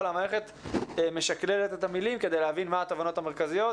אבל המערכת משקללת את המילים כדי להבין מה התובנות המרכזיות.